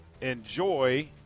Enjoy